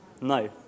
No